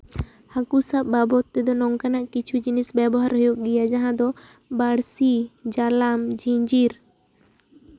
ᱦᱟᱹᱠᱩ ᱥᱟᱵ ᱵᱟᱵᱚᱫ ᱛᱮᱫᱚ ᱱᱚᱝᱠᱟᱱᱟᱜ ᱠᱤᱪᱷᱩ ᱡᱤᱱᱤᱥ ᱵᱮᱵᱚᱦᱟᱨ ᱦᱩᱭᱩᱜ ᱜᱮᱭᱟ ᱡᱟᱦᱟᱸ ᱫᱚ ᱵᱟᱹᱲᱥᱤ ᱡᱟᱞᱟᱢ ᱡᱷᱤᱸᱡᱤᱨ